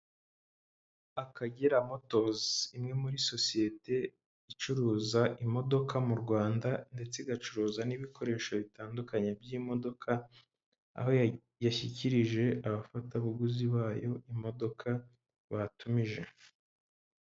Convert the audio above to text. Akagera Motos, imwe muri sosiyete icuruza imodoka mu Rwanda ndetse igacuruza n'ibikoresho bitandukanye by'imodoka, aho yashyikirije abafatabuguzi bayo imodoka batumije.